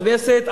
בכנסת,